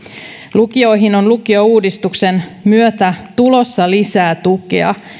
lukioihin on lukiouudistuksen myötä tulossa lisää tukea